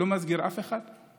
לא מסגיר אף אחד,